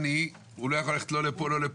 יעני, הוא לא יכול ללכת לא לפה ולא לפה.